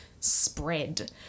spread